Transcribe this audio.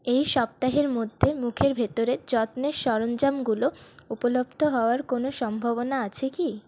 এই সপ্তাহের মধ্যে মুখের ভেতরের যত্নের সরঞ্জামগুলো উপলব্ধ হওয়ার কোনো সম্ভাবনা আছে কি